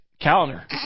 Calendar